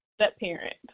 step-parent